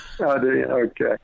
Okay